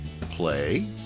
play